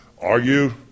argue